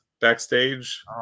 backstage